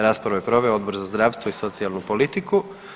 Raspravu je proveo Odbor za zdravstvo i socijalnu politiku.